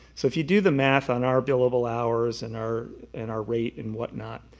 so if you do the math on our billable hours and our and our rate and whatnot,